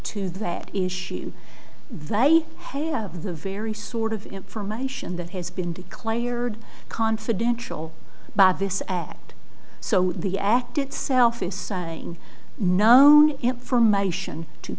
to that issue that i have the very sort of information that has been declared confidential by this act so the act itself is saying known information to